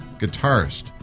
guitarist